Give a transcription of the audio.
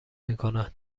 میکنن